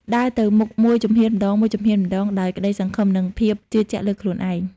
ដើរទៅមុខមួយជំហានម្តងៗ ដោយក្តីសង្ឃឹម និងភាពជឿជាក់លើខ្លួនឯង។